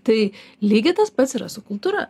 tai lygiai tas pats yra su kultūra